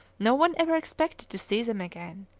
no one ever expected to see them again.